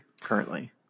currently